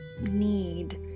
need